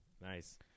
Nice